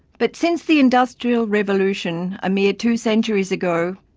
but since the industrial revolution, a mere two centuries ago,